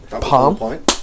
Palm